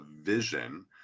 vision